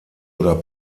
oder